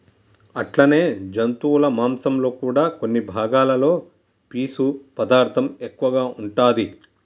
అట్లనే జంతువుల మాంసంలో కూడా కొన్ని భాగాలలో పీసు పదార్థం ఎక్కువగా ఉంటాది